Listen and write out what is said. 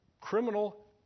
criminal